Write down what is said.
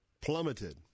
plummeted